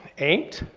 eight,